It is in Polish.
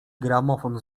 gramofon